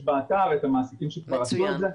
יש באתר את המעסיקים שכבר עשו את זה.